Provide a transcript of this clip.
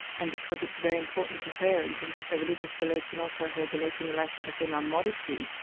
and because it's very important to her in terms of her religious beliefs and also her beliefs in relation to female modesty,